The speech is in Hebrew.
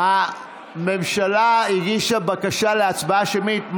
הממשלה הגישה בקשה להצבעה שמית.